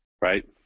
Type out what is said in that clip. right